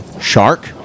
shark